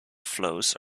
flows